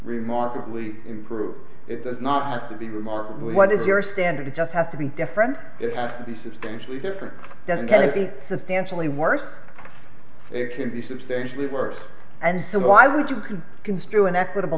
remarkably improved it does not to be remarkable what is your standard it just has to be different it has to be substantially different doesn't have to be substantially worse it can be substantially worse and so why would you could construe an equitable